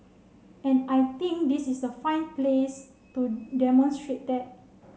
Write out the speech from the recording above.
and I think this is a fine place to demonstrate that